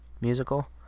Musical